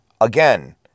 Again